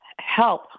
Help